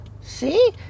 See